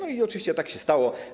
Oczywiście tak się stało.